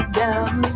down